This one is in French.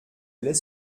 allait